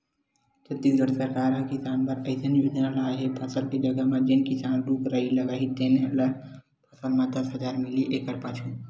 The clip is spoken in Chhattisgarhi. छत्तीसगढ़ सरकार ह किसान बर अइसन योजना लाए हे फसल के जघा म जेन किसान रूख राई लगाही तेन ल साल म दस हजार मिलही एकड़ पाछू